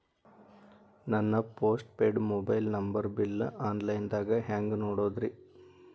ನನ್ನ post paid mobile number bill, online ದಾಗ ಹ್ಯಾಂಗ್ ನೋಡೋದ್ರಿ?